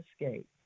escape